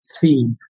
theme